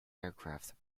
aircraft